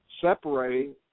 separating